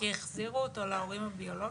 והחזירו אותו להורים הביולוגיים?